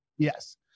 Yes